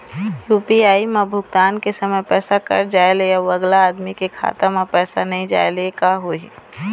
UPI म भुगतान के समय पैसा कट जाय ले, अउ अगला आदमी के खाता म पैसा नई जाय ले का होही?